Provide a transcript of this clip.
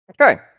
Okay